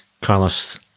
Carlos